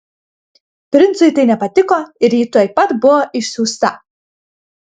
princui tai nepatiko ir ji tuoj pat buvo išsiųsta